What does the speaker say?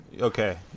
okay